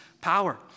power